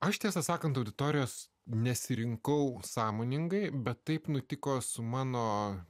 aš tiesą sakant auditorijos nesirinkau sąmoningai bet taip nutiko su mano